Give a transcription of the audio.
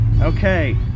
Okay